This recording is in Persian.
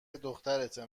دخترته